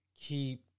keep